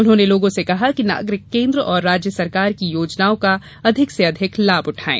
उन्होंने लोगों से कहा कि नागरिक केन्द्र और राज्य सरकार की योजनाओं का अधिकाधिक लाभ उठायें